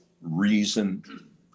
reason